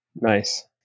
nice